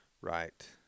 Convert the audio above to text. Right